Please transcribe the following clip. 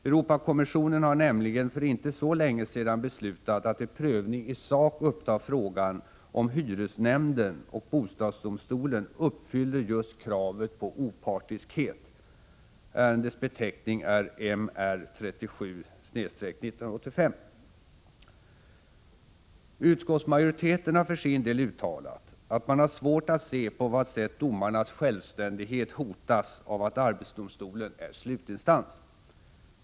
Europakommissionen har nämligen för inte så länge sedan beslutat att till prövning i sak upptaga frågan, om hyresnämnden och bostadsdomstolen uppfyller just kravet på opartiskhet; ärendets beteckning är MR 37/1985. Utskottsmajoriteten har för sin del uttalat att man har svårt att se på vad sätt domarnas självständighet hotas av att arbetsdomstolen är slutinstans.